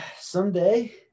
someday